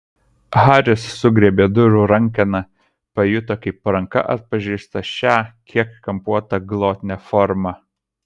haris sugriebė durų rankeną pajuto kaip ranka atpažįsta šią kiek kampuotą glotnią formą